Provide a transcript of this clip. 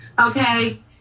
okay